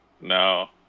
No